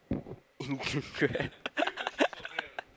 instagram